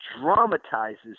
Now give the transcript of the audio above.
dramatizes